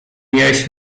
miałeś